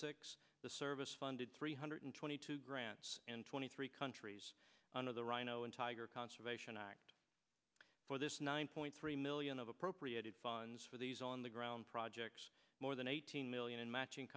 six the service funded three hundred twenty two grants and twenty three countries under the rhino in tiger conservation act for this nine point three million of appropriated funds for these on the ground projects more than eighteen million in matching